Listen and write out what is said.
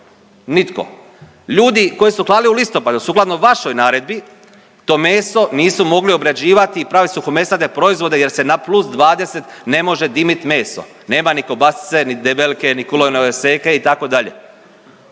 Nitko. Ljudi koji su klali u listopadu sukladno vašoj naredbi to meso nisu mogli obrađivati i praviti suhomesnate proizvode jer se na plus 20 ne može dimit meso. Nema ni kobasice, ni debelike, ni kulenove seke itd.